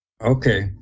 Okay